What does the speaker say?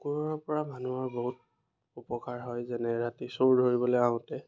কুকুৰৰ পৰা মানুহৰ বহুত উপকাৰ হয় যেনে ৰাতি চুৰ ধৰিবলৈ আহোঁতে